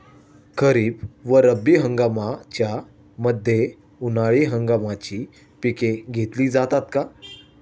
खरीप व रब्बी हंगामाच्या मध्ये उन्हाळी हंगामाची पिके घेतली जातात का?